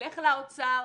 נלך לאוצר,